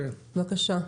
בקשה.